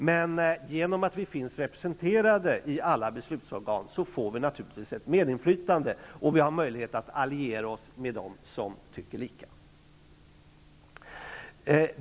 Men genom att vi finns representerade i alla beslutsorgan får vi naturligtvis ett medinflytande, och vi har möjlighet att alliera oss med dem som tycker lika.